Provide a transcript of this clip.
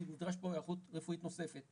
כי נדרשת פה היערכות רפואית נוספת.